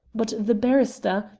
but the barrister,